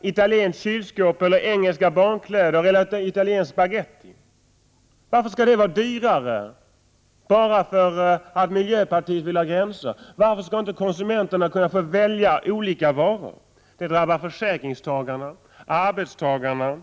italienska kylskåp, engelska barnkläder eller italiensk spagetti. Varför skall det vara dyrare bara för att miljöpartiet vill ha gränser? Varför skall inte konsumenterna kunna få välja olika varor? Det drabbar försäkringstagarna och arbetstagarna.